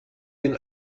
den